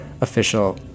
official